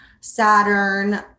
Saturn